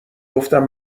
گفتم